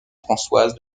françoise